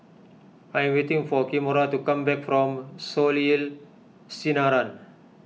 I am waiting for Kimora to come back from Soleil Sinaran